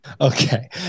Okay